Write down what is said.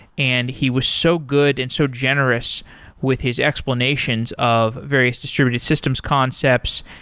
and he was so good and so generous with his explanations of various distributed systems concepts,